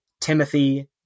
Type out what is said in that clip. Timothy